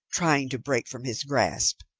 trying to break from his grasp.